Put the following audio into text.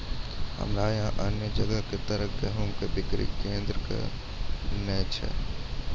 हमरा यहाँ अन्य जगह की तरह गेहूँ के बिक्री केन्द्रऽक नैय छैय?